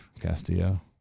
Castillo